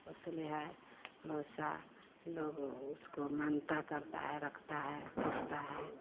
ओस्ले है बहुत सा लोग उसको मानता करता है रखता है पोसता है